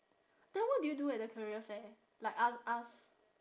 then what did you do at the career fair like a~ ask